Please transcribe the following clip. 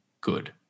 good